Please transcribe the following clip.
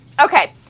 Okay